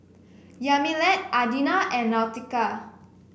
Yamilet Adina and Nautica